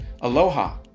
aloha